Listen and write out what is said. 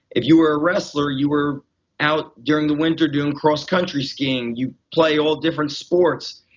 if you were a wrestler you were out during the winter doing cross country skiing, you'd play all different sports.